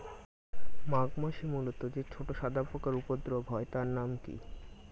মাঘ মাসে মূলোতে যে ছোট সাদা পোকার উপদ্রব হয় তার নাম কি?